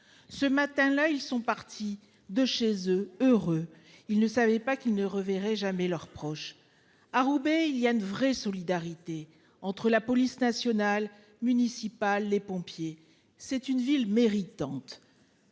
Ce matin-là, ils sont partis de chez eux heureux. Il ne savait pas qu'il ne reverrait jamais leurs proches à Roubaix il y a une vraie solidarité entre la police nationale municipale les pompiers. C'est une ville méritante.